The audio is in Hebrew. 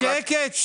ג"ר: שקט.